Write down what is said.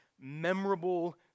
memorable